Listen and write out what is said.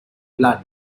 blood